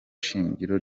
shingiro